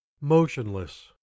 motionless